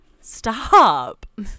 stop